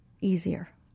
easier